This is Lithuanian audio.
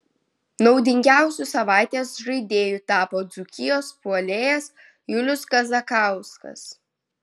naudingiausiu savaitės žaidėju tapo dzūkijos puolėjas julius kazakauskas